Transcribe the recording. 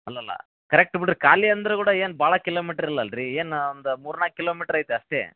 ಅಲ್ಲಲ್ಲ ಕರೆಕ್ಟ್ ಬಿಡಿರಿ ಖಾಲಿ ಅಂದ್ರು ಕೂಡ ಏನು ಭಾಳ ಕಿಲೋಮೀಟ್ರ್ ಇಲ್ಲ ಅಲ್ಲರಿ ಏನು ಒಂದು ಮೂರು ನಾಲ್ಕು ಕಿಲೋಮೀಟ್ರ್ ಐತೆ ಅಷ್ಟೆ